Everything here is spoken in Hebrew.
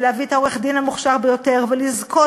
ולהביא את עורך-הדין המוכשר ביותר ולזכות